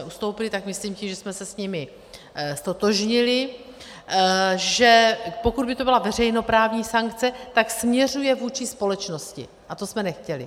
Ustoupili, myslím tím, že jsme se s nimi ztotožnili, že pokud by to byla veřejnoprávní sankce, tak směřuje vůči společnosti a to jsme nechtěli.